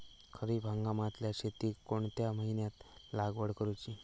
खरीप हंगामातल्या शेतीक कोणत्या महिन्यात लागवड करूची?